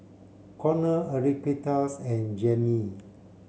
Conner Enriqueta's and Jaimee